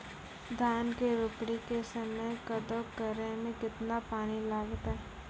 धान के रोपणी के समय कदौ करै मे केतना पानी लागतै?